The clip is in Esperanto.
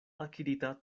akirita